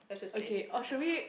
okay or should we